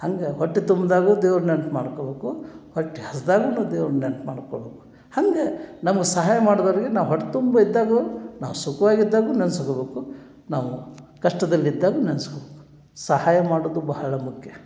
ಹಂಗೆ ಹೊಟ್ಟೆ ತುಂಬ್ದಾಗೂ ದೇವ್ರು ನೆನ್ಪು ಮಾಡ್ಕೊಳ್ಬೇಕು ಹೊಟ್ಟೆ ಹಸ್ದಾಗ್ಲೂ ನಾವು ದೇವ್ರ್ನ ನೆನ್ಪು ಮಾಡ್ಕೊಳ್ಬೇಕು ಹಾಗೆ ನಮ್ಗೆ ಸಹಾಯ ಮಾಡಿದವ್ರಿಗೆ ನಾವು ಹೊಟ್ಟೆ ತುಂಬ ಇದ್ದಾಗ್ಲೂ ನಾವು ಸುಖ್ವಾಗಿ ಇದ್ದಾಗಲೂ ನೆನ್ಸ್ಕೊಳ್ಬೇಕು ನಾವು ಕಷ್ಟದಲ್ಲಿದ್ದಾಗ್ಲೂ ನೆನ್ಸ್ಕೊಳ್ಬೇಕು ಸಹಾಯ ಮಾಡೋದು ಬಹಳ ಮುಖ್ಯ